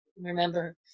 remember